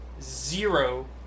zero